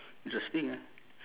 interesting ah